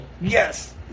yes